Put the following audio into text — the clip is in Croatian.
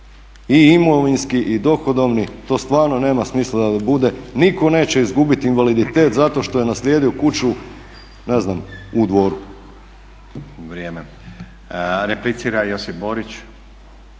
i imovinski i dohodovni. To stvarno nema smisla da bude. Nitko neće izgubiti invaliditet zato što je naslijedio kuću ne znam u Dvoru. **Stazić, Nenad (SDP)** Replicira Josip Borić.